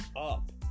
up